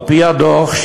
על-פי הדוח,